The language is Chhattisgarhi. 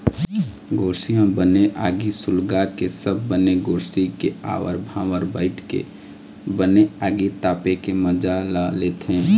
गोरसी म बने आगी सुलगाके सब बने गोरसी के आवर भावर बइठ के बने आगी तापे के मजा ल लेथे